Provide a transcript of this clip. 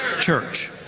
church